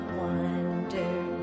wonder